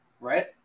Right